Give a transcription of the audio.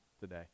today